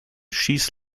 schieß